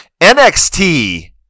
NXT